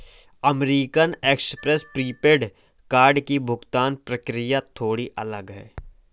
American Express prepaid card की भुगतान प्रक्रिया थोड़ी अलग है